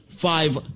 five